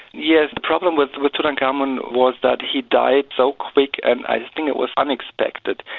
yes, the problem with with tutankhamen was that he died so quick and i think it was unexpected.